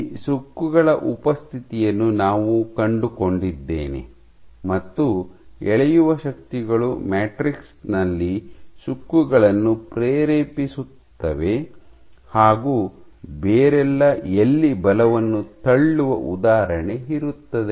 ಈ ಸುಕ್ಕುಗಳ ಉಪಸ್ಥಿತಿಯನ್ನು ನಾನು ಕಂಡುಕೊಂಡಿದ್ದೇನೆ ಮತ್ತು ಎಳೆಯುವ ಶಕ್ತಿಗಳು ಮ್ಯಾಟ್ರಿಕ್ಸ್ ನಲ್ಲಿ ಸುಕ್ಕುಗಳನ್ನು ಪ್ರೇರೇಪಿಸುತ್ತವೆ ಹಾಗು ಬೇರೆಲ್ಲ ಎಲ್ಲಿ ಬಲವನ್ನು ತಳ್ಳುವ ಉದಾಹರಣೆ ಇರುತ್ತದೆ